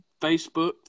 Facebook